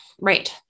Right